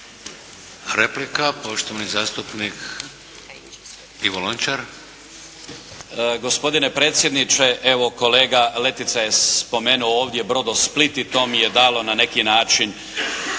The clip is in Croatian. na riječ. Poštovani zastupnik Ivo Lončar.